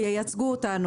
ייצגו אותנו,